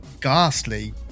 ghastly